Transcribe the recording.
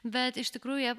bet iš tikrųjų jie